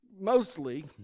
mostly